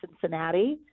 Cincinnati